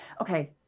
okay